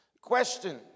Question